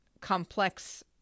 complex